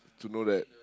to know that